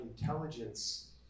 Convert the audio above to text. intelligence